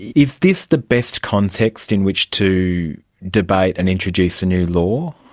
is this the best context in which to debate and introduce a new law?